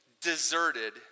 deserted